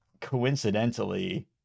coincidentally